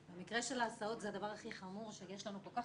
במקרה של ההסעות זה הדבר הכי חמור שיש לנו כל כך